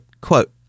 quote